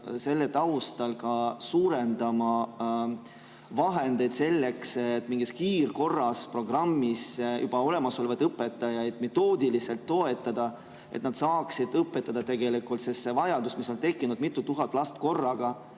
selle taustal suurendama vahendeid selleks, et kiirkorras mingi programmiga juba olemasolevaid õpetajaid metoodiliselt toetada, et nad saaksid õpetada? Seda vajadust, mis on tekkinud, mitu tuhat last korraga,